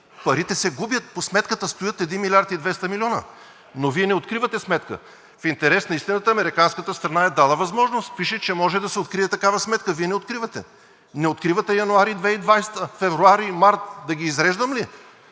Парите се губят – по сметката стоят 1 милиард и 200 милиона, но Вие не откривате сметка. В интерес на истината американската страна е дала възможност – пише, че може да се открие такава сметка. Вие не откривате. Не откривате януари 2020-а, февруари и март – да ги изреждам ли?